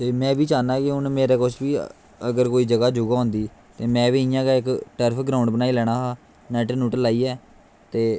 ते में बी चाह्ना कि मेरे कश बी अगर कोई जगा जुगा होंदी ते में बी इकइयां गै टर्फ ग्राउंड़ बनाई लैना हा नैट नुट लाईयै ते